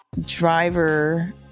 driver